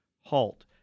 halt